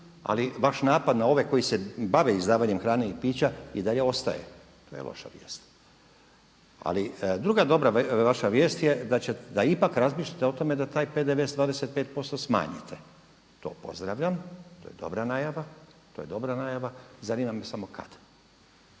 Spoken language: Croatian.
Ali vaš napad na ove koji se bave izdavanjem hrane i pića i dalje ostaje. To je loša vijest. Ali druga dobra vaša vijest da ipak razmislite o tome da taj PDV sa 12% smanjite. To pozdravljam, to je dobra najava. Zanima me samo kad?